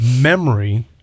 Memory